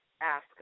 ask